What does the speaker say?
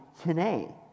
today